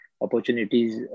opportunities